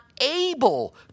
able